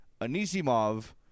Anisimov